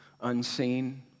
unseen